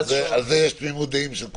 על זה יש תמימות דעים של כולם.